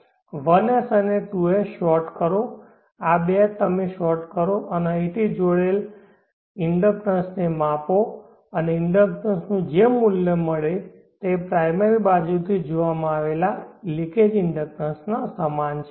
1s અને 2s short કરો આ બે તમે શોર્ટ કરો અને અહીંથી જોયેલ ઇન્ડક્ટન્સ ને માપો અને ઇન્ડક્ટન્સ નું જે મૂલ્ય મળે તે પ્રાઈમરી બાજુથી જોવામાં આવેલ લિકેજ ઇન્ડક્ટન્સ સમાન છે